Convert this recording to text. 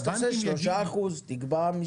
אז תעשה שלושה אחוז, תקבע מספר.